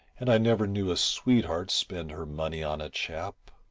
and i never knew a sweetheart spend her money on a chap.